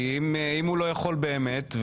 כי אם הוא לא יכול באמת,